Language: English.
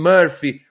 Murphy